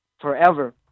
forever